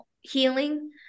healing